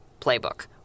playbook